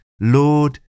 Lord